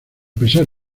pesar